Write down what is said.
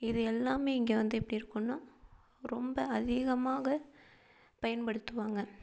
இது எல்லாமே இங்கே வந்து எப்படி இருக்குன்னால் ரொம்ப அதிகமாக பயன்படுத்துவாங்க